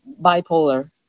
bipolar